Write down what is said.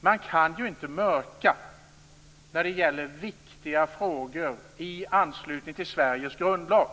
Man kan inte mörka när det gäller viktiga frågor i anslutning till Sveriges grundlag.